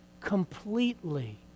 completely